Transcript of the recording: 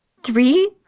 Three